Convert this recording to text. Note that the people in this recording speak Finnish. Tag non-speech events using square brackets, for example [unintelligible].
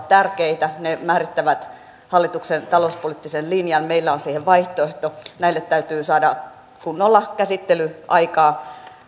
[unintelligible] tärkeitä ne määrittävät hallituksen talouspoliittisen linjan ja meillä on siihen vaihtoehto näille täytyy saada kunnolla käsittelyaikaa